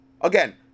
again